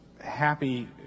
Happy